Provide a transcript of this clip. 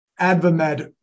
AdvaMed